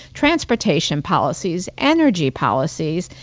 transportation policies, energy policies,